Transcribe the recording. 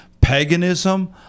paganism